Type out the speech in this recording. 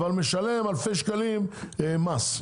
אבל משם אלפי שקלים מס.